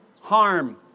harm